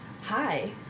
Hi